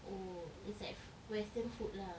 oh oh it's like fr~ western food lah